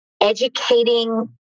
educating